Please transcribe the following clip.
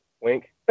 wink